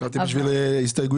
חשבתי שבשביל הסתייגויות.